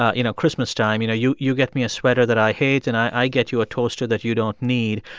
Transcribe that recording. ah you know, christmastime. you know, you you get me a sweater that i hate, and i get you a toaster that you don't need.